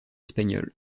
espagnole